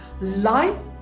Life